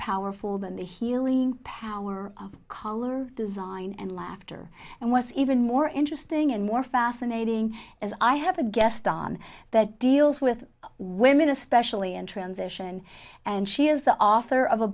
powerful than the healing power of color design and laughter and was even more interesting and more fascinating as i have a guest on that deals with women especially in transition and she is the author of a